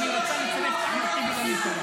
קואליציה: אני רוצה לצרף את אחמד טיבי.